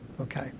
Okay